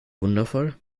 wundervoll